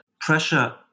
pressure